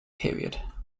period